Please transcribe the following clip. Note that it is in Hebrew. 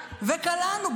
וקלענו.